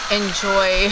enjoy